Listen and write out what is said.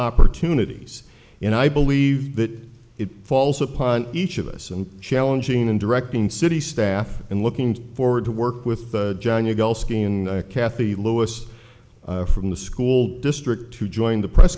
opportunities and i believe that it falls upon each of us and challenging and directing city staff and looking forward to work with john your gulf skin kathy lois from the school district to join the press